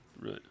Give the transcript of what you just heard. Right